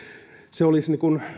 se olisi